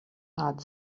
heart